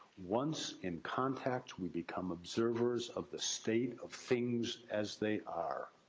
once in contact we become observers of the state of things as they are.